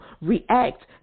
react